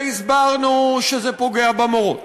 והסברנו שזה פוגע במורות,